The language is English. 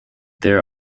there